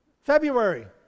February